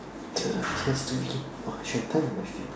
just do it or should've timed on my feet